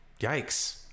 yikes